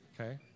Okay